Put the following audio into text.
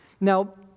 Now